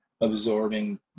absorbing